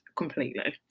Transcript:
completely